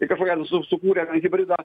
į kažkokią su su sukūrė ten hibridą